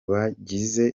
bagize